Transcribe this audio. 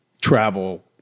travel